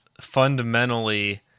fundamentally